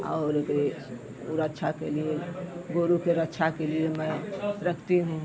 और ओकरे ऊ रक्षा के लिए गोरू के रक्षा के लिए मैं रखती हूँ